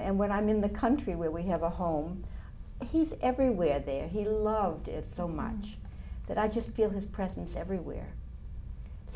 and when i'm in the country where we have a home he's everywhere there he loved it so much that i just feel his presence everywhere